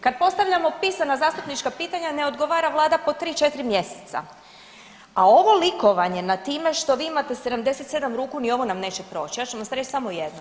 Kad postavljamo pisana zastupnička pitanja ne odgovara vlada po 3-4 mjeseca, a ovo likovanje nad time što vi imate 77 ruku ni ovo nam neće proći, ja ću vam reći samo jedno.